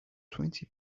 twenty